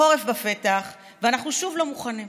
החורף בפתח ואנחנו שוב לא מוכנים,